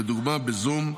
לדוגמה בזום,